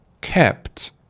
kept